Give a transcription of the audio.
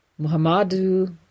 Muhammadu